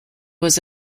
was